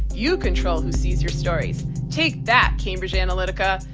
you control who sees your stories. take that, cambridge analytica!